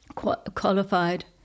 qualified